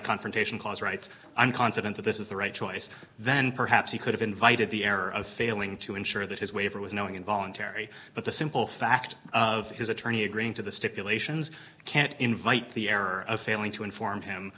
confrontation clause rights i'm confident that this is the right choice then perhaps he could have invited the error of failing to ensure that his waiver was no involuntary but the simple fact of his attorney agreeing to the stipulations can't invite the error of failing to inform him